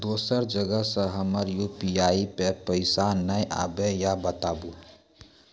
दोसर जगह से हमर यु.पी.आई पे पैसा नैय आबे या बताबू?